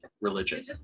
religion